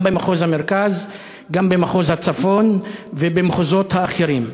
גם במחוז המרכז וגם במחוז הצפון ובמחוזות האחרים.